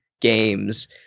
games